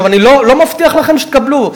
אני לא מבטיח לכם שתקבלו,